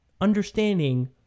understanding